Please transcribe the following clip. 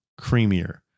Creamier